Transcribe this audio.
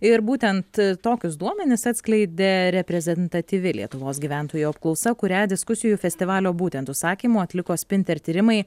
ir būtent tokius duomenis atskleidė reprezentatyvi lietuvos gyventojų apklausa kurią diskusijų festivalio būtent užsakymu atliko spinter tyrimai